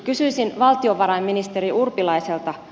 kysyisin valtiovarainministeri urpilaiselta